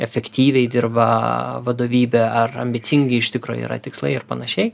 efektyviai dirba vadovybė ar ambicingi iš tikro yra tikslai ir panašiai